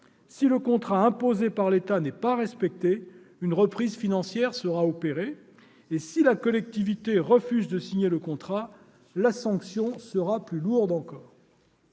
Si le contrat imposé par l'État n'est pas respecté, une reprise financière sera opérée, et si la collectivité refuse de signer le contrat, la sanction sera plus lourde encore.